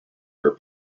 her